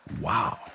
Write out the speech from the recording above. wow